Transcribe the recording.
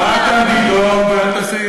לא, אל תעמדי דום ואל תעשי,